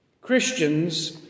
Christians